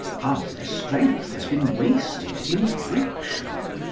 half their strength has been wasted in friction.